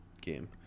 game